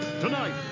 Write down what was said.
Tonight